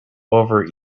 over